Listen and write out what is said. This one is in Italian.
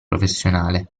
professionale